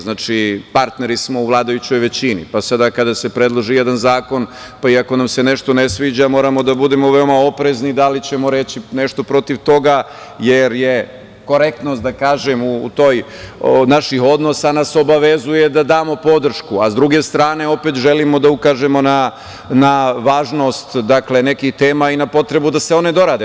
Znači, partneri smo u vladajućoj većini, pa sada kada se predloži jedan zakon, pa i ako nam se nešto ne sviđa moramo da budemo veoma oprezni da li ćemo reći nešto protiv toga jer nas korektnost naših odnosa obavezuje da damo podršku, a sa druge strane opet želimo da ukažemo na važnost nekih tema i na potrebu da se one dorade.